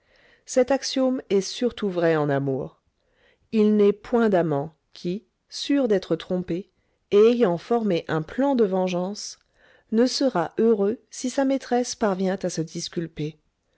cet axiome est surtout vrai en amour il n'est point d'amant qui sûr d'être trompé et ayant formé un plan de vengeance ne sera heureux si sa maîtresse parvient à se disculper